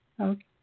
Okay